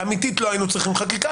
אמתית לא היינו צריכים חקיקה,